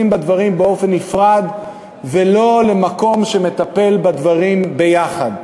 בדברים באופן נפרד ולא לגורם שמטפל בדברים ביחד.